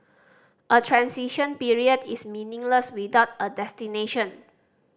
a transition period is meaningless without a destination